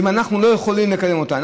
אם אנחנו לא יכולים לקדם אותה,